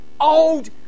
old